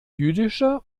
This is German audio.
jüdischer